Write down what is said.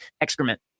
Excrement